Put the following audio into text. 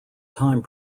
time